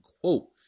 quote